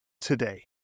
today